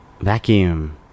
Vacuum